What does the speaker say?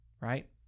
right